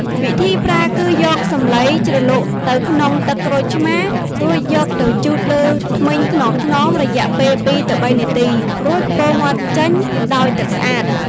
វិធីប្រើគឺយកសំឡីជ្រលក់ទៅក្នុងទឹកក្រូចឆ្មារ រួចយកទៅជូតលើធ្មេញថ្នមៗរយៈពេលពី ២ ទៅ ៣ នាទី រួចខ្ពុរមាត់ចេញដោយទឹកស្អាត។